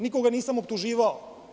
Nikoga nisam optuživao.